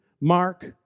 Mark